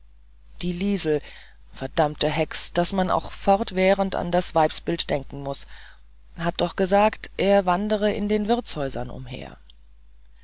die liesel verdammte hexe daß man auch fortwährend an das weibsbild denken muß hat doch gesagt er wandere in den wirtshäusern umher